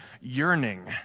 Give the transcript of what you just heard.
yearning